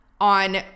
on